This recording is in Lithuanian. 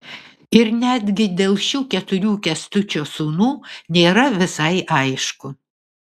ir netgi dėl šių keturių kęstučio sūnų nėra visai aišku